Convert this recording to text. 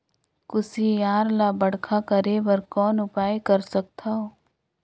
कुसियार ल बड़खा करे बर कौन उपाय कर सकथव?